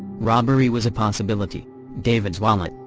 robbery was a possibility david's wallet,